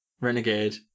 renegade